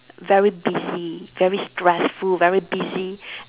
very busy very stressful very busy